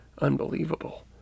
unbelievable